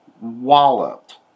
walloped